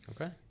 Okay